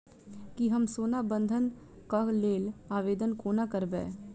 की हम सोना बंधन कऽ लेल आवेदन कोना करबै?